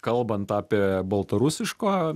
kalbant apie baltarusiško